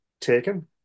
taken